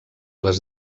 les